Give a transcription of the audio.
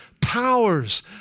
powers